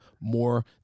more